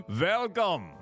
Welcome